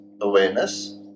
awareness